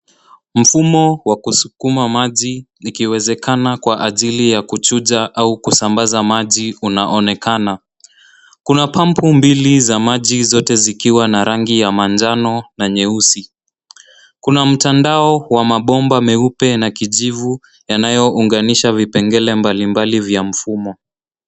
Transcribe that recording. Mfumo wa kusukuma maji ikiwezekana kwa ajili ya kuchuja au kusambaza maji unaonekana. Kuna pampu mbili za maji zote zikiwa na rangi ya manjano na nyeusi. Kuna mtandao wa mabomba meupe na kijivu yanayounganisha vipengele mbalimbali vya mfumo.